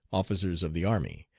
officers of the army.